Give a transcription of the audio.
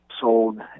sold